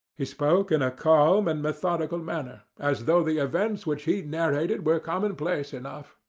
he spoke in a calm and methodical manner, as though the events which he narrated were commonplace enough.